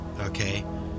Okay